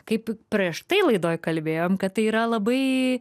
kaip prieš tai laidoj kalbėjom kad tai yra labai